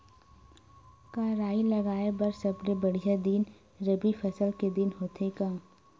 का राई लगाय बर सबले बढ़िया दिन रबी फसल के दिन होथे का?